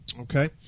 Okay